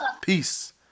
Peace